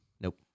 Nope